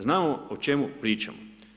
Znamo o čemu pričamo.